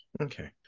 Okay